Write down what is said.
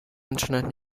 internet